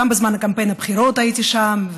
גם בזמן קמפיין הבחירות הייתי שם,